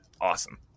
awesome